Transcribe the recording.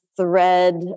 thread